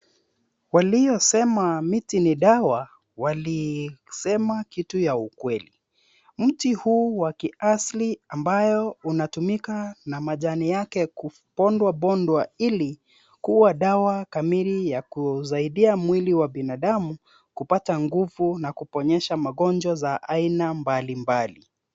Waliosema miti ni dawa walisema kitu ya ukweli. Mti huu wa kiasili ambayo unatumika na majani yake kubondwabondwa ili kuwa dawa kamili ya kusaidia mwili wa binadamu kupata nguvu na kuponyesha magonjwa za aina mbalimbali.